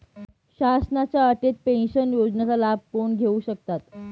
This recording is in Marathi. शासनाच्या अटल पेन्शन योजनेचा लाभ कोण घेऊ शकतात?